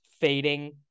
fading